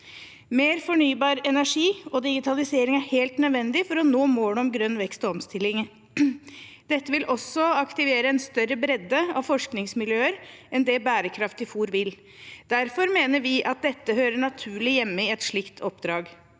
Mer fornybar energi og digitalisering er helt nødvendig for å nå målet om grønn vekst og omstilling. Dette vil også aktivere en større bredde av forskningsmiljøer enn det bærekraftig fôr vil. Derfor mener vi at dette hører naturlig hjemme i et slikt oppdrag.